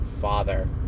father